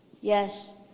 Yes